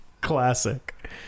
classic